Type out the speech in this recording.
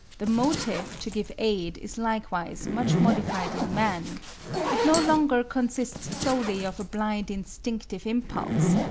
the motive to give aid is likewise much modified in man it no longer consists solely of a blind instinctive impulse,